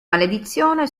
maledizione